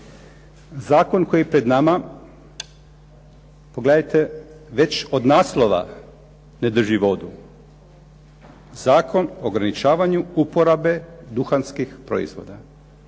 Zakon koji je pred nama, pogledajte već od naslova, ne drži vodu. Zakon o ograničavanju uporabe duhanskih proizvoda.